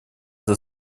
для